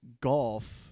golf